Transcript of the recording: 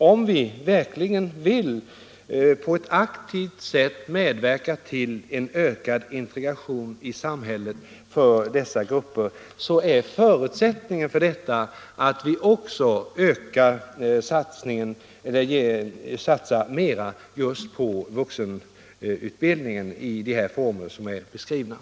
Om vi verkligen på ett aktivt sätt vill medverka till en ökad integration i samhället för dessa grupper, så är förutsättningen att vi också satsar mera på vuxenutbildningen i de former som här har beskrivits.